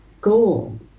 goal